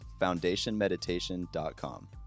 foundationmeditation.com